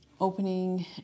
opening